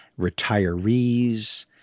Retirees